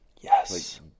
Yes